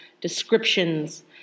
descriptions